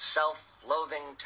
self-loathing